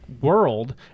world